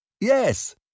Yes